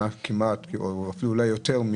כמעט ואולי אפילו יותר,